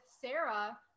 Sarah